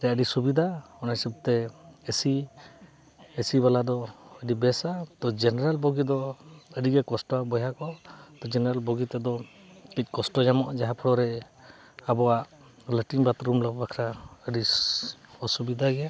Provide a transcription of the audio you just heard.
ᱨᱮ ᱟᱹᱰᱤ ᱥᱩᱵᱤᱫᱟ ᱚᱱᱟ ᱦᱤᱥᱟᱹᱵᱽᱛᱮ ᱮᱥᱤ ᱮᱥᱤ ᱵᱟᱞᱟ ᱫᱚ ᱟᱹᱰᱤ ᱵᱮᱥᱟ ᱛᱚ ᱡᱮᱱᱨᱟᱞ ᱵᱳᱜᱤ ᱫᱚ ᱟᱹᱰᱤ ᱜᱮ ᱠᱚᱥᱴᱚ ᱟ ᱵᱚᱭᱦᱟ ᱠᱚ ᱛᱚ ᱡᱮᱱᱟᱨᱮᱞ ᱵᱳᱜᱤ ᱛᱮᱫᱚ ᱠᱟᱹᱴᱤᱡ ᱠᱚᱥᱴᱚ ᱧᱟᱢᱚᱜᱼᱟ ᱡᱟᱦᱟᱸ ᱯᱷᱳᱲᱳᱨᱮ ᱟᱵᱚᱣᱟᱜ ᱞᱮᱴᱨᱤᱱ ᱵᱟᱛᱷᱨᱩᱢ ᱵᱟᱠᱷᱨᱟ ᱟᱹᱰᱤ ᱚᱥᱩᱵᱤᱫᱟ ᱜᱮᱭᱟ